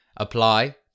Apply